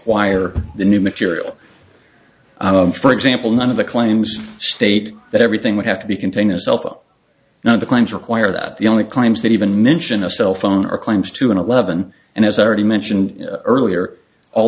require the new material for example none of the claims state that everything would have to be contain a cell phone now the claims require that the only claims that even mention a cell phone are claims to an eleven and as i already mentioned earlier all